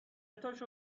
تاشو